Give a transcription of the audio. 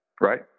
Right